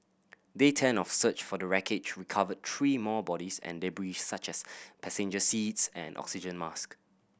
day ten of search for the wreckage recovered three more bodies and debris such as passenger seats and oxygen mask